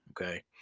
okay